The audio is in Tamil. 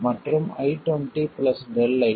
மற்றும் I20 Δ I2